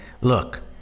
Look